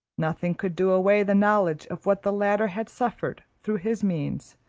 nothing could do away the knowledge of what the latter had suffered through his means,